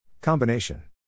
Combination